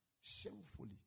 shamefully